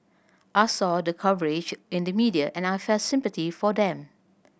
I saw the coverage in the media and I felt sympathy for them